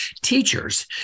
teachers